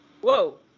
Whoa